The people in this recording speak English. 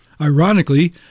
Ironically